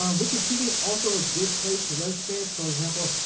um wikipedia is also a good place to web scrape. for example,